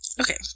Okay